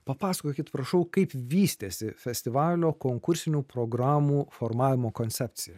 papasakokit prašau kaip vystėsi festivalio konkursinių programų formavimo koncepcija